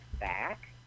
back